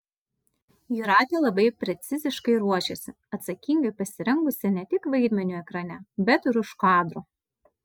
jūratė labai preciziškai ruošiasi atsakingai pasirengusi ne tik vaidmeniui ekrane bet ir už kadro